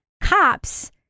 cops